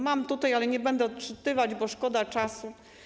Mam ją tutaj, ale nie będę jej odczytywać, bo szkoda czasu.